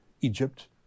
Egypt